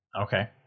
Okay